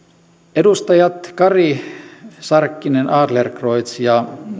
edustajat kari sarkkinen adlercreutz ja